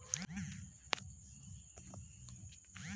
बहुत सी विसैला अउर नसे का पेड़ के खेती के लाइसेंस होला